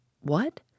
What